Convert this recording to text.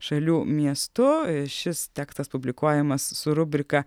šalių miestu šis tekstas publikuojamas su rubrika